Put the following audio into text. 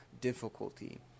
difficulty